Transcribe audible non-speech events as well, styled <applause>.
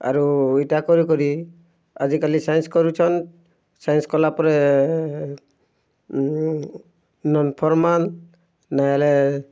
ଆରୁ ଇଟା କରିକରି ଆଜି କାଲି ସାଇନ୍ସ କରୁଛନ୍ ସାଇନ୍ସ କଲାପରେ ନନ୍ <unintelligible> ହେଲେ